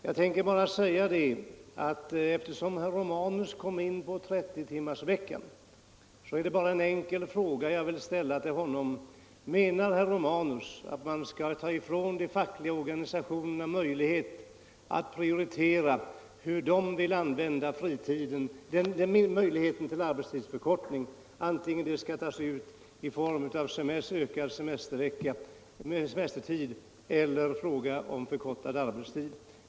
Jag skall bara, eftersom herr Romanus kom in på 30-timmarsveckan, ställa en enkel fråga till honom: Menar herr Romanus att man skulle ta ifrån de fackliga organisationerna rätten att avgöra hur de vill använda möjligheten till arbetstidsförkortning, antingen i form av ökad semestertid eller i form av förkortad arbetstid?